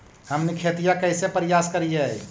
हमनी खेतीया कइसे परियास करियय?